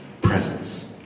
presence